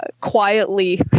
quietly